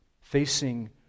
Facing